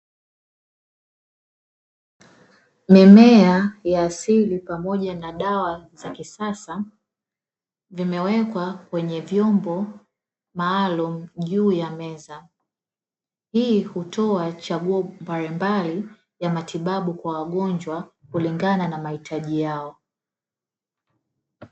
Mzee ameketi ardhini akiwa ameketi kweye kitaku cha kkivuli akiwa anahudumia miche yake ilio pandwa kwenye plastili. Amevaa fulana yenye maandishi meupe kati kati ya shamba lake. Mimea ya mahindi imepangwa katika safu. Huku mimema midogo na magugu yakiwa yanaokana katika mastari.